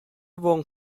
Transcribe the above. waren